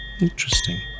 Interesting